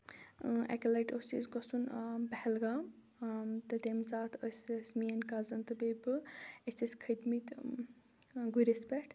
إں اَکہِ لَٹہِ اوس اَسہِ گژھُن پہلگام تہٕ تَمہِ ساتہٕ ٲسۍ أسۍ میٲنۍ کَزٕنۍ تہٕ بیٚیہِ بہٕ أسۍ ٲسۍ کھٔتۍ مٕتۍ گُرِس پٮ۪ٹھ